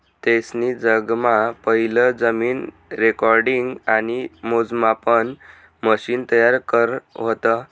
तेसनी जगमा पहिलं जमीन रेकॉर्डिंग आणि मोजमापन मशिन तयार करं व्हतं